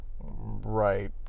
Right